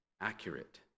accurate